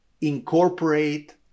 incorporate